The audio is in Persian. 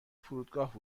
فرودگاه